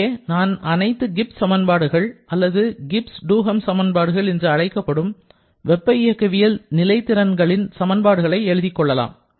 இங்கே நான் அனைத்து கிப்ஸ் சமன்பாடுகள் அல்லது கிப்ஸ் டூஹெம் சமன்பாடுகள் என்று அழைக்கப்படும் வெப்ப இயக்கவியல் நிலை திறன்களின் சமன்பாடுகளை எழுதிக் கொள்ளலாம்